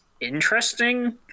interesting